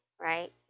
right